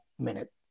minute